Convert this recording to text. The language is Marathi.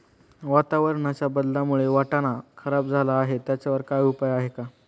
वातावरणाच्या बदलामुळे वाटाणा खराब झाला आहे त्याच्यावर काय उपाय आहे का?